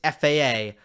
FAA